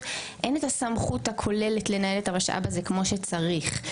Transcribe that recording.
אין את הסמכות הכוללת לנהל את המשאב הזה כמו שצריך,